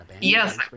Yes